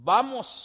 Vamos